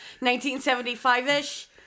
1975-ish